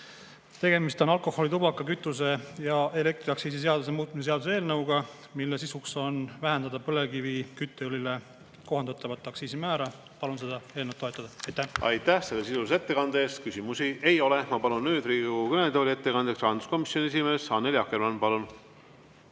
Tegemist on alkoholi-, tubaka-, kütuse- ja elektriaktsiisi seaduse muutmise seaduse eelnõuga, mille sisuks on vähendada põlevkivikütteõlile kohaldatavat aktsiisimäära. Palun seda eelnõu toetada. Aitäh! Aitäh selle sisulise ettekande eest! Küsimusi ei ole. Ma palun nüüd Riigikogu kõnetooli ettekandjaks rahanduskomisjoni esimehe Annely Akkermanni. Palun!